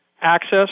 access